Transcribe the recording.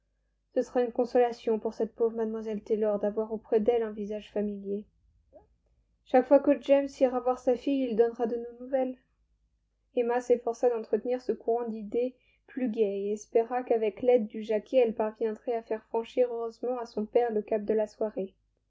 ce sera une consolation pour cette pauvre mlle taylor d'avoir auprès d'elle un visage familier chaque fois que james ira voir sa fille il donnera de nos nouvelles emma s'efforça d'entretenir ce courant d'idées plus gaies et espéra qu'avec l'aide du jacquet elle parviendrait à faire franchir heureusement à son père le cap de la soirée